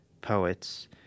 poets